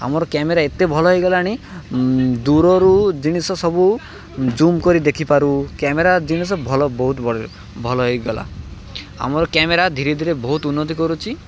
ଆମର କ୍ୟାମେରା ଏତେ ଭଲ ହୋଇଗଲାଣି ଦୂରରୁ ଜିନିଷ ସବୁ ଜୁମ୍ କରି ଦେଖିପାରୁ କ୍ୟାମେରା ଜିନିଷ ଭଲ ବହୁତ ଭଲ ହୋଇଗଲା ଆମର କ୍ୟାମେରା ଧୀରେ ଧୀରେ ବହୁତ ଉନ୍ନତି କରୁଛି